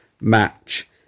match